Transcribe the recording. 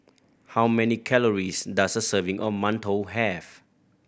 how many calories does a serving of mantou have